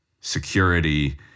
security